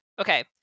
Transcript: Okay